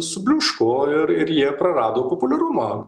subliūško ir ir jie prarado populiarumą